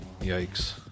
Yikes